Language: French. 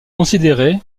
considéré